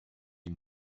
die